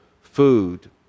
food